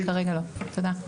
כרגע לא, תודה.